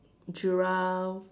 giraffe